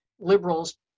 liberals